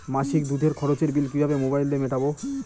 মাসিক দুধের খরচের বিল কিভাবে মোবাইল দিয়ে মেটাব?